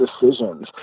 decisions